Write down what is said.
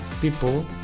people